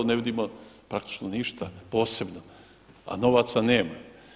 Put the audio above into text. Ne vidimo praktičko ništa posebno a novaca nema.